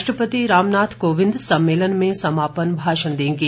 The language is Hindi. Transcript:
राष्ट्रपति रामनाथ कोविन्द सम्मेलन में समापन भाषण देंगे